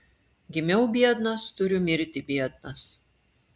gimiau biednas turiu mirti biednas